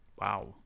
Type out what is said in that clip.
wow